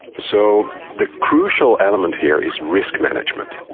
so the crucial element here is risk management.